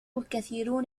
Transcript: الكثيرون